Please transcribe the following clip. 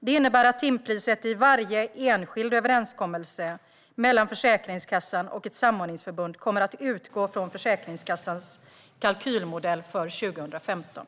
Det innebär att timpriset i varje enskild överenskommelse mellan Försäkringskassan och ett samordningsförbund kommer att utgå från Försäkringskassans kalkylmodell för 2015.